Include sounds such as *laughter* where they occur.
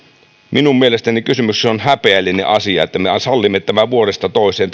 minun mielestäni on häpeällinen asia että me sallimme tämän rahastuksen jatkuvan vuodesta toiseen *unintelligible*